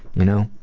you know?